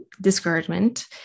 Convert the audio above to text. discouragement